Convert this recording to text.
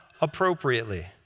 appropriately